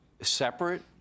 separate